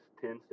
ten